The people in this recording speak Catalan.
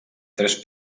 tres